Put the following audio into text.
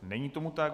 Není tomu tak.